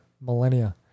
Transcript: millennia